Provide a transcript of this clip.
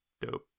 dope